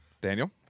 Daniel